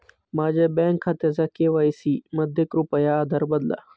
माझ्या बँक खात्याचा के.वाय.सी मध्ये कृपया आधार बदला